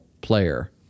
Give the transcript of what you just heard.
player